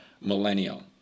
millennial